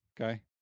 okay